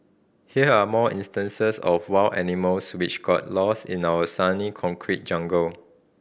here are more instances of wild animals which got lost in our sunny concrete jungle